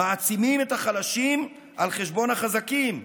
מעצימים את החלשים על חשבון החזקים,